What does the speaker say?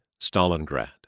Stalingrad